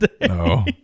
No